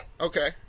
Okay